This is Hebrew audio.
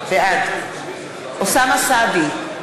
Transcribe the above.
בעד אוסאמה סעדי,